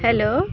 hello